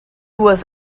was